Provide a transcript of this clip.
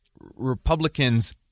Republicans